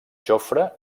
jofre